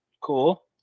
Cool